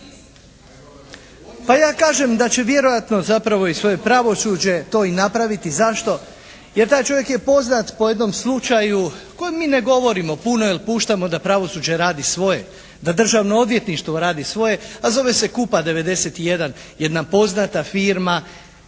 Pa ja kažem, da će vjerojatno zapravo i svoje pravosuđe to i napraviti. Zašto? Jer taj čovjek je poznat po jednom slučaju o kojem mi ne govorimo puno, jel' puštamo da pravosuđe radi svoje, da Državno odvjetništvo radi svoje, a zove se "KUPA 91", jedna poznata firma,